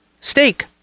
steak